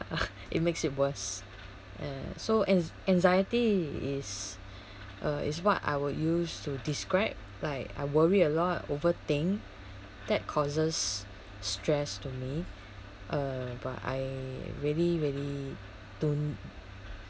it makes it worse uh so anx~ anxiety is uh is what I would use to describe like I worry a lot overthink that causes stress to me uh but I really really don't